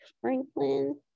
Franklin